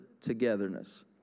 togetherness